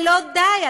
ולא די,